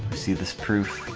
see this proof?